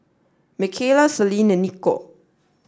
Micayla Celine and Nikko